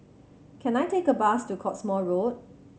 can I take a bus to Cottesmore Road